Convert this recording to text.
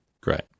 great